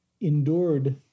endured